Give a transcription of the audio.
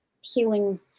healing